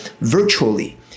virtually